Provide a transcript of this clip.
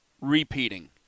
repeating